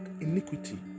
iniquity